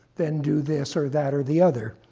then do this, or that, or the other.